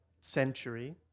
century